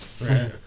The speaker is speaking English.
right